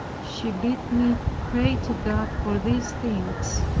she bid me pray to god for these things.